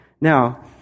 Now